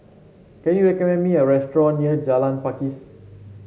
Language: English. can you recommend me a restaurant near Jalan Pakis